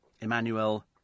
Emmanuel